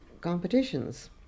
competitions